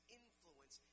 influence